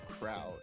crowd